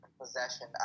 possession